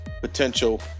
potential